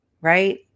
right